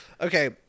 Okay